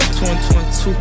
2022